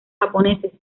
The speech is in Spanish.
japoneses